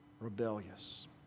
rebellious